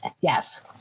yes